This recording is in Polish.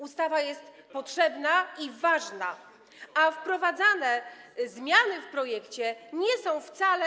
Ustawa jest potrzebna i ważna, a wprowadzane zmiany w projekcie nie są wcale.